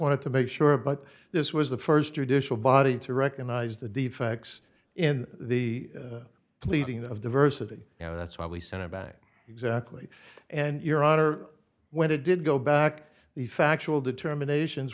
wanted to make sure but this was the first judicial body to recognize the deep facts in the pleading of diversity and that's why we sent it back exactly and your honor when it did go back the factual determinations